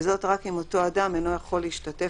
וזאת רק אם אותו אדם אינו יכול להשתתף